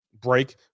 break